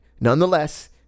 nonetheless